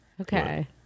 Okay